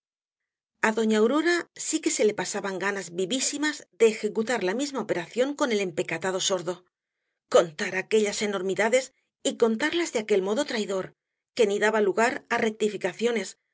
doña aurora sí que se le pasaban ganas vivísimas de ejecutar la misma operación con el empecatado sordo contar aquellas enormidades y contarlas de aquel modo traidor que ni daba lugar á rectificaciones